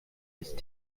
ist